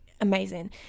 amazing